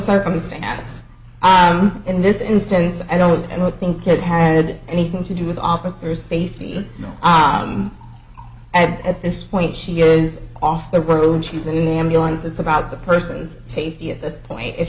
circumstance in this instance i don't think it had anything to do with officer safety and at this point she is off the room she's in the ambulance it's about the person's safety at this point if